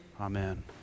Amen